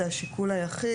הוא השיקול היחיד.